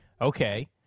Okay